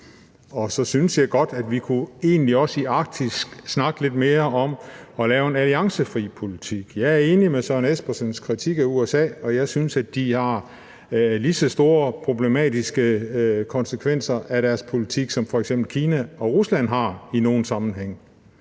Og så synes jeg egentlig godt, at vi også i Arktis kunne snakke lidt mere om at lave en alliancefri politik. Jeg er enig i Søren Espersens kritik af USA, og jeg synes, at der er lige så store og problematiske konsekvenser af deres politik, som der i nogle sammenhænge